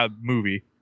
movie